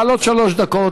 לעלות לשלוש דקות.